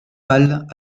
pâles